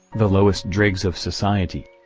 the lowest dregs of society?